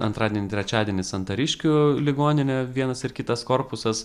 antradienį trečiadienį santariškių ligoninė vienas ir kitas korpusas